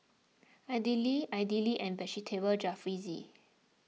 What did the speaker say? Idili Idili and Vegetable Jalfrezi